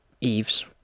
Eves